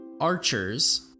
archers